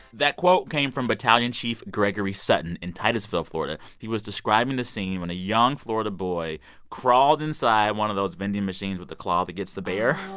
that quote came from battalion chief gregory sutton in titusville, fla. he was describing the scene when a young florida boy crawled inside one of those vending machines with the claw that gets the bear. oh,